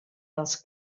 dels